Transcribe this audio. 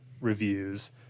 reviews